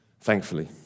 Thankfully